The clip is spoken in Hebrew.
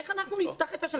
איך נפתח את השנה,